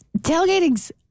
tailgating's